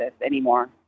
anymore